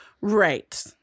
Right